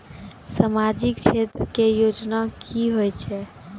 समाजिक क्षेत्र के योजना की होय छै?